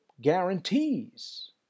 guarantees